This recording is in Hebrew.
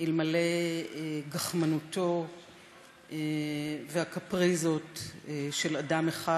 אלמלא הגחמנות והקפריזות של אדם אחד,